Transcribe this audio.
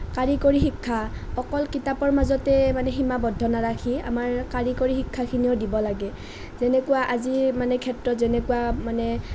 কাৰিকৰী শিক্ষা অকল কিতাপৰ মাজতে সিমাবদ্ধ নাৰাখি আমাৰ কাৰিকৰী শিক্ষাখিনিও দিব লাগে যেনেকুৱা আজি ক্ষেত্ৰত যেনেকুৱা মানে